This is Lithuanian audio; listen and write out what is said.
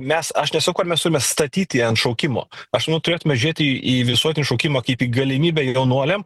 mes aš nesakau kad mes turime statyti ant šaukimo aš manau turėtume žiūrėti į visuotinį šaukimą kaip į galimybę jaunuoliam